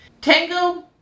Tango